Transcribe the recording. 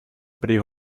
при